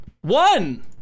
one